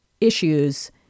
issues